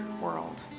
world